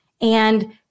And-